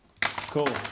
Cool